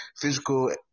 physical